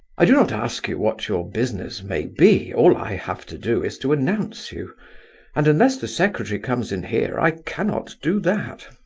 i do not ask you what your business may be, all i have to do is to announce you and unless the secretary comes in here i cannot do that.